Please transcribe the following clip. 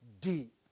deep